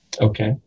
Okay